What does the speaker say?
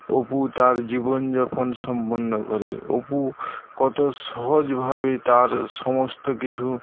অপু তার জীবনযাপন সম্পন্ন করে অপু কত সহজভাবে তার সমস্ত কিছু